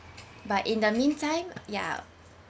but in the mean time yeah